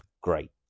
great